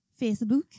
Facebook